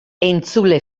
entzule